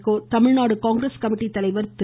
கோ Tamil Nadu Congress committee தலைவர் திரு